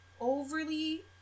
overly